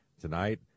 Tonight